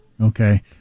Okay